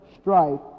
strife